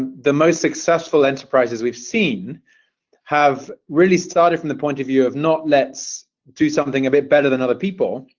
ah the most successful enterprises we've seen have really started from the point of view of not let's do something a bit better than other people